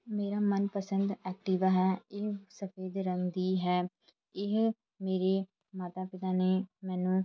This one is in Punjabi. ਮੇਰਾ ਮਨ ਪਸੰਦ ਐਕਟੀਵਾ ਹੈ ਇਹ ਸਫੈਦ ਰੰਗ ਦੀ ਹੈ ਇਹ ਮੇਰੇ ਮਾਤਾ ਪਿਤਾ ਨੇ ਮੈਨੂੰ